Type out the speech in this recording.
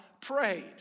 prayed